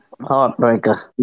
Heartbreaker